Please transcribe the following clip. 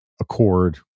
accord